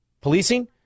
Policing